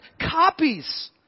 copies